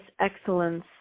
excellence